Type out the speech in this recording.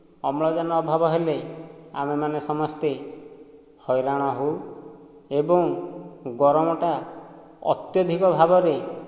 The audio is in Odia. ଅମ୍ଳଜାନ ଅଭାବ ହେଲେ ଆମେ ମାନେ ସମସ୍ତେ ହଇରାଣ ହେଉ ଏବଂ ଗରମଟା ଅତ୍ୟଧିକ ଭାବରେ